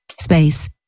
Space